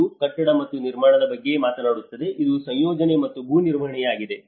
ಇದು ಕಟ್ಟಡ ಮತ್ತು ನಿರ್ಮಾಣ ಮಟ್ಟದ ಬಗ್ಗೆ ಮಾತನಾಡುತ್ತದೆ ಇದು ಯೋಜನೆ ಮತ್ತು ಭೂ ನಿರ್ವಹಣೆಯಾಗಿದೆ